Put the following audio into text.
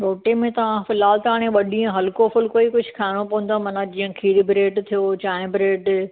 रोटीअ में तव्हां फिलहाल त हाणे ॿ ॾींहं हलको फुलको ई कुझु खाइणो पवंदो माना जीअं खीर ब्रेड थियो चांहिं ब्रेड